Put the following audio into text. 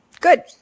Good